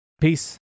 Peace